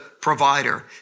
provider